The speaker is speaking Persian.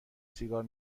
سیگار